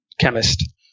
chemist